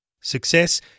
Success